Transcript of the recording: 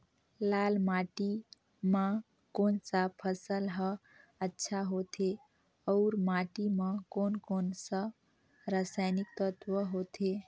लाल माटी मां कोन सा फसल ह अच्छा होथे अउर माटी म कोन कोन स हानिकारक तत्व होथे?